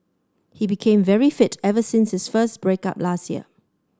he became very fit ever since his first break up last year